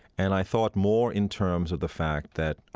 and i thought more in terms of the fact that,